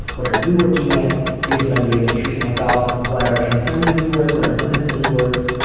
what are you working with? here's what i'm doing to treat myself. what are concerns of yours? what are limits of yours?